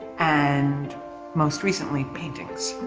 and most recently, paintings.